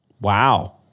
Wow